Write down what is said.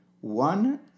One